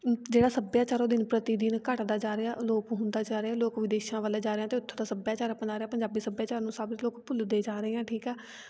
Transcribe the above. ਜਿਹੜਾ ਸੱਭਿਆਚਾਰ ਉਹ ਦਿਨ ਪ੍ਰਤੀ ਦਿਨ ਘੱਟਦਾ ਜਾ ਰਿਹਾ ਅਲੋਪ ਹੁੰਦਾ ਜਾ ਰਿਹਾ ਲੋਕ ਵਿਦੇਸ਼ਾਂ ਵੱਲ ਜਾ ਰਹੇ ਅਤੇ ਉੱਥੋਂ ਦਾ ਸੱਭਿਆਚਾਰ ਅਪਣਾ ਰਹੇ ਆ ਪੰਜਾਬੀ ਸੱਭਿਆਚਾਰ ਨੂੰ ਸਭ ਲੋਕ ਭੁੱਲਦੇ ਜਾ ਰਹੇ ਆ ਠੀਕ ਆ